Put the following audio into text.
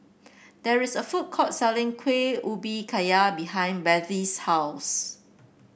there is a food court selling Kueh Ubi Kayu behind Bethzy's house